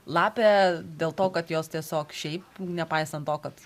lapę dėl to kad jos tiesiog šiaip nepaisant to kad